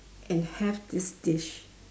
and have this dish